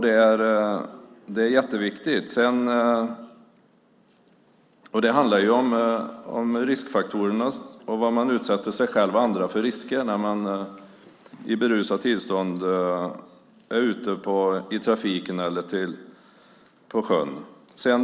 Det är jätteviktigt. Det handlar om riskfaktorerna och vilka risker man utsätter sig själv och andra för när man i berusat tillstånd är ute i trafiken eller på sjön.